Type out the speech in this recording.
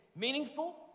meaningful